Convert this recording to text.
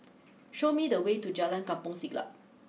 show me the way to Jalan Kampong Siglap